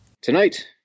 Tonight